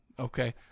Okay